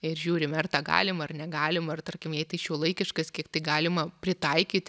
ir žiūrime ar tą galim ar negalim ar tarkim jei tai šiuolaikiškas kiek tai galima pritaikyti